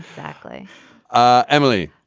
factly ah emily,